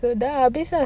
so dah lah habis lah